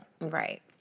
Right